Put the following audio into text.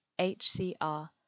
HCR